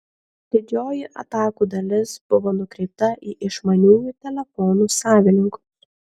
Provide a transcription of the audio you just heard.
didžioji atakų dalis buvo nukreipta į išmaniųjų telefonų savininkus